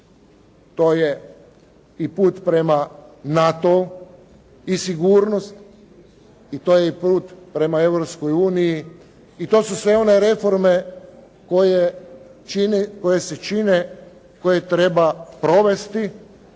To je i put prema NATO-u i sigurnosti i to je i put prema Europskoj uniji i to su sve one reforme koje čine, koje se čine, koje treba provesti